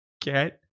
get